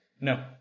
No